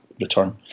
return